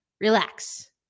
relax